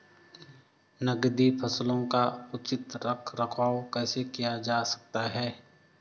नकदी फसलों का उचित रख रखाव कैसे किया जा सकता है?